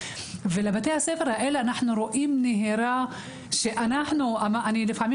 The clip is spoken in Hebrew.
ולבתי הספר האלה אנחנו רואים נהירה שאני לפעמים